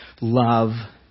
love